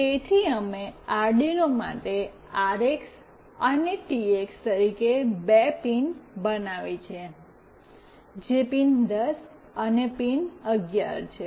તેથી અમે આરડિનો માટે આરએક્સ અને ટીએક્સ તરીકે બે પિન બનાવી છે જે પિન 10 અને પિન 11 છે